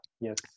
Yes